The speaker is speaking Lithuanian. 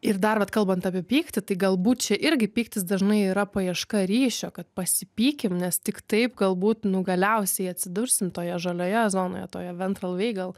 ir dar vat kalbant apie pyktį tai galbūt čia irgi pyktis dažnai yra paieška ryšio kad pasipykim nes tik taip galbūt nu galiausiai atsidursim toje žalioje zonoje toje ventral veigal